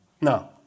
No